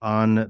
on